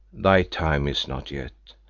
thy time is not yet,